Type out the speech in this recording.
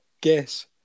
Guess